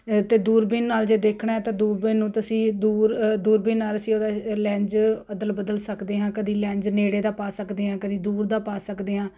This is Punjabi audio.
ਅਤੇ ਦੂਰਬੀਨ ਨਾਲ ਜੇ ਦੇਖਣਾ ਤਾਂ ਦੂਰਬੀਨ ਨੂੰ ਤੁਸੀਂ ਦੂਰ ਦੂਰਬੀਨ ਨਾਲ ਅਸੀਂ ਉਹਦਾ ਲੈਂਜ ਅਦਲ ਬਦਲ ਸਕਦੇ ਹਾਂ ਕਦੀ ਲੈਂਜ ਨੇੜੇ ਦਾ ਪਾ ਸਕਦੇ ਹਾਂ ਕਦੀ ਦੂਰ ਦਾ ਪਾ ਸਕਦੇ ਹਾਂ